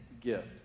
gift